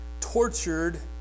tortured